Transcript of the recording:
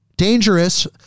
Dangerous